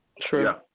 True